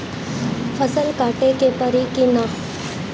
फसल काटे के परी कि न?